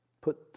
put